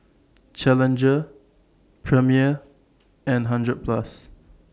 Challenger Premier and hundred Plus